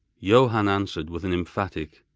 johann answered with an emphatic,